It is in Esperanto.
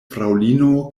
fraŭlino